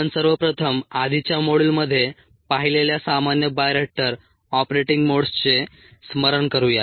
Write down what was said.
आपण सर्वप्रथम आधीच्या मॉड्युलमध्ये पाहिलेल्या सामान्य बायोरिएक्टर ऑपरेटिंग मोड्सचे स्मरण करूया